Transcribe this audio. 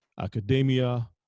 academia